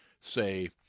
say